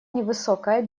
невысокая